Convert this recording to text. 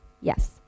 Yes